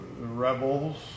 rebels